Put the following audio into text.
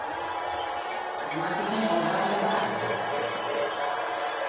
ᱟᱭᱢᱟ ᱠᱤᱪᱷᱩᱧ ᱚᱰᱟᱨ ᱞᱮᱫᱟ